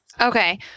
Okay